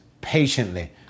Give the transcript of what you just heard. patiently